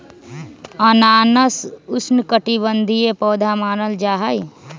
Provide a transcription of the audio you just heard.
अनानास उष्णकटिबंधीय पौधा मानल जाहई